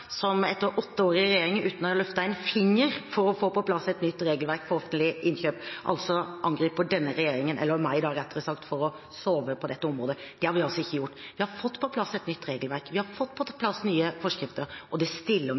som etter åtte år i regjering uten å løfte en finger for å få på plass et nytt regelverk for offentlige innkjøp, altså angriper denne regjeringen – eller meg, rettere sagt – for å sove på dette området. Det har vi ikke gjort. Vi har fått på plass et nytt regelverk. Vi har fått på plass nye forskrifter. Og de stiller